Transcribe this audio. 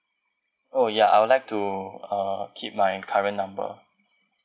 oh ya I would like to uh keep my current number